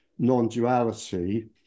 Non-duality